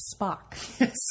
spock